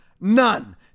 None